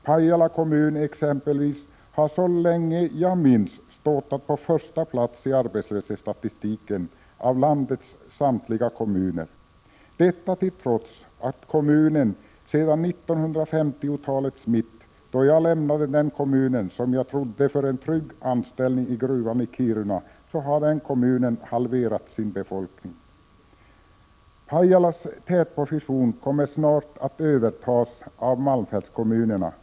Pajala kommun exempelvis har så länge jag minns ståtat på första plats i arbetslöshetsstatistiken bland landets samtliga kommuner — detta trots att kommunen sedan 1950-talets mitt, då jag lämnade den kommunen, som jag trodde för en trygg anställning i gruvan i Kiruna, har halverat sin befolkning. Pajalas tätposition kommer snart att övertas av malmfältskommunerna, Prot.